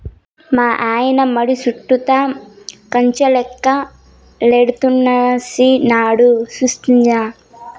మాయన్న మడి చుట్టూతా కంచెలెక్క టేకుచెట్లేసినాడు సూస్తినా